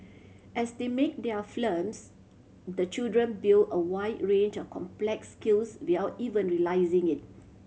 as they make their films the children build a wide range of complex skills without even realising it